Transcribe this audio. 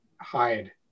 hide